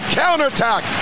counterattack